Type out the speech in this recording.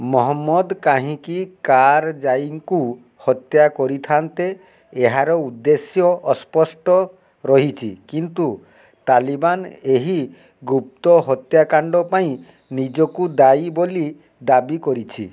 ମହମ୍ମଦ କାହିଁକି କାର୍ଜାଇଙ୍କୁ ହତ୍ୟା କରିଥାନ୍ତେ ଏହାର ଉଦ୍ଦେଶ୍ୟ ଅସ୍ପଷ୍ଟ ରହିଛି କିନ୍ତୁ ତାଲିବାନ ଏହି ଗୁପ୍ତ ହତ୍ୟାକାଣ୍ଡ ପାଇଁ ନିଜକୁ ଦାୟୀ ବୋଲି ଦାବି କରିଛି